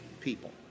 people